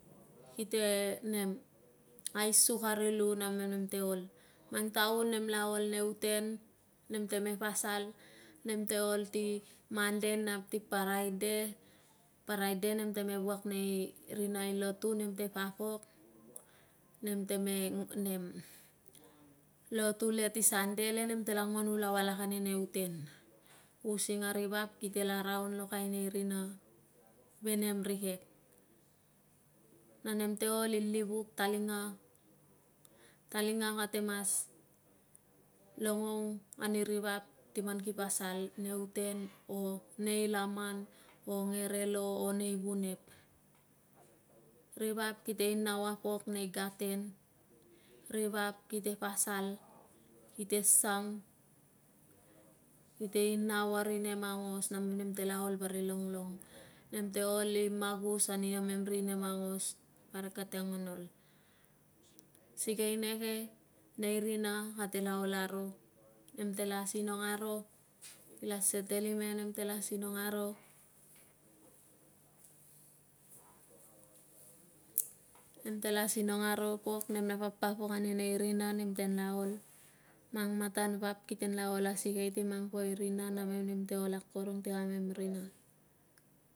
Kite nem aisuk ari lu namen nem nem te ol mang taun nem la ai nei uten nemtame pasal nem te al monday nap ti friday friday nem te me me vuak nei rina i lotu nem te papok nem teme nem lotu le si sunday nem ngaun ulau alak pok ane nei uten using ari vap kite la raun lokain nei rina ve nem ri kek na memte ol i livuk talinga kate mas longlong ni rip timangki pasal nei uten o nei laman o ngere lo o nei vunep ri vap kite inau a pok e nei gaten ri vap ki te pasal kite sang kite inau a ri nem aungos na mem nem tela alval ri longlong nem te ol i magus kamen ri nem aungos parik kate mang ol sikei neke nei rina kate la ol aro nemtela sinong aro kila setel imen nemtel sinongaro nemtela sinong aro pok nem la papapok ane nei rina nem taral ol mangmatan vap mangmatan vap kitenala ol asikei si mang fo i rina namem nemte ol akorong ti kamem rina